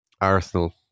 Arsenal